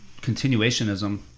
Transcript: continuationism